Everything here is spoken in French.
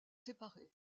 séparés